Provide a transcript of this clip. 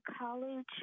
college